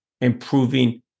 improving